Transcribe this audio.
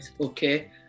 okay